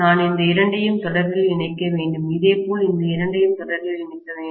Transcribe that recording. நான் இந்த இரண்டையும் தொடரில் இணைக்க வேண்டும் இதேபோல் இந்த இரண்டையும் தொடரில் இணைக்க வேண்டும்